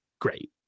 great